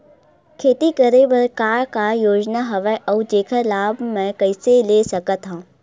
खेती करे बर का का योजना हवय अउ जेखर लाभ मैं कइसे ले सकत हव?